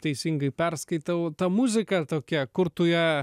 teisingai perskaitau ta muzika tokia kur tu ją